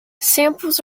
samples